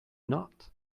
not